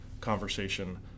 conversation